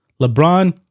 LeBron